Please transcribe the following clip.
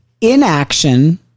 inaction